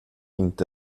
inte